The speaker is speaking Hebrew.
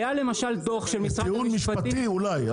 כטיעון משפטי אולי,